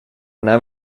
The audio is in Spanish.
una